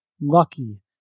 lucky